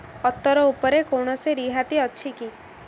ଅତର ଉପରେ କୌଣସି ରିହାତି ଅଛି କି